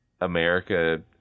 America